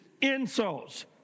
insults